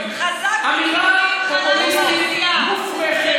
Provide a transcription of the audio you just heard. איזו בושה,